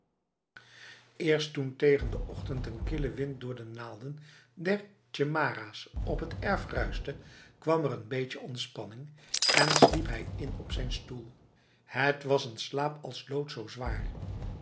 eerst toen tegen de ochtend een kille wind door de naalden der tjemara's op het erf ruiste kwam er n beetje ontspanning en sliep hij in op zijn stoel het was een slaap als lood zo zwaar